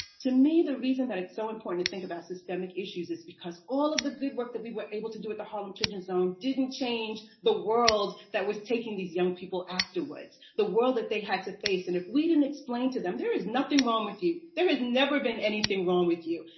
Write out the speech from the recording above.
to me, the reason that it's so important to think about systemic issues is because all of the good work that we were able to do with the harlem children zone didn't change the world that was taking these young people afterwards. the world that they had to face. and if we didn't explain to them, there is nothing wrong with you, there has never been anything wrong with you,